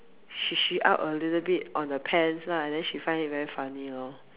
Xu Xu out a little bit on the pants lah then she find it very funny lor